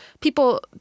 people